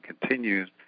continues